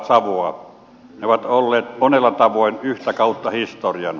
ne ovat olleet monella tavoin yhtä kautta historian